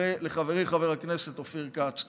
ולחברי חבר הכנסת אופיר כץ.